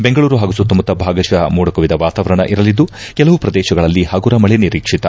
ಬೆಂಗಳೂರು ಹಾಗೂ ಸುತ್ತಮುತ್ತ ಭಾಗಶಃ ಮೋಡ ಕವಿದ ವಾತಾವರಣ ಇರಲಿದ್ದು ಕೆಲವು ಪ್ರದೇಶಗಳಲ್ಲಿ ಹಗುರ ಮಳೆ ನರೀಕ್ಷಿತ